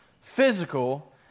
physical